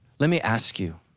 let me ask you,